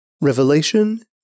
Revelation